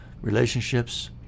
relationships